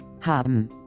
haben